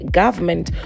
government